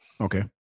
Okay